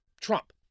Trump